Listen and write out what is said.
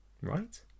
right